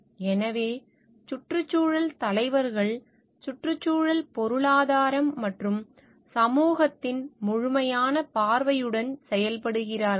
எனவே சுற்றுச்சூழல் தலைவர்கள் சுற்றுச்சூழல் பொருளாதாரம் மற்றும் சமூகத்தின் முழுமையான பார்வையுடன் செயல்படுகிறார்கள்